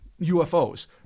UFOs